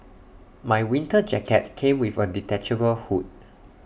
my winter jacket came with A detachable hood